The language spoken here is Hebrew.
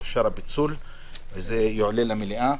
הפיצול אושר והוא יועלה לאישור המליאה.